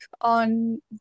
on